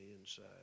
inside